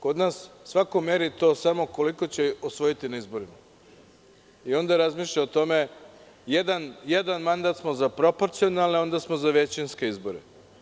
Kod nas svako meri to samo koliko će osvojiti na izborima, i onda razmišlja o tome, jedan mandat za proporcionalne a onda smo za većinske izbore.